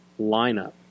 lineup